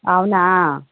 అవునా